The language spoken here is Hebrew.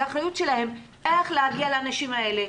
זו האחריות שלהם איך להגיע לאנשים האלה,